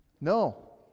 No